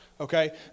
Okay